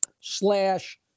slash